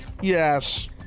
Yes